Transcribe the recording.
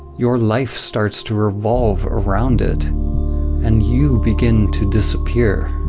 your life starts to revolve around it and you begin to disappear.